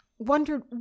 Wondered